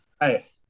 Hey